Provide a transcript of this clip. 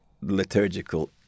liturgical